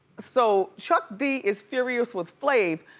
so chuck d is furious with flav